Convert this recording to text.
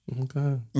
Okay